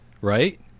right